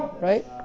right